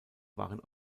waren